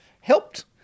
helped